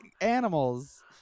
animals